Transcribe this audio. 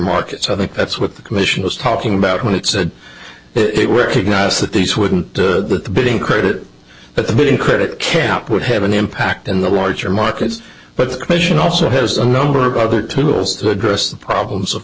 markets i think that's what the commission was talking about when it said it recognise that these wouldn't the bidding credit but the bidding credit camp would have an impact in the larger markets but the commission also has a number of other tools to address the problems of